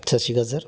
ਸਤਿ ਸ਼੍ਰੀ ਅਕਾਲ ਸਰ